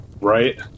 Right